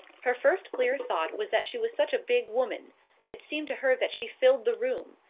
her first clear thought was that she was such a big woman it seemed to her that she filled the room,